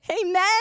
Amen